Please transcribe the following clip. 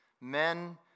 men